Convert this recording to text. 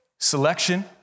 selection